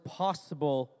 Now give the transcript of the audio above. possible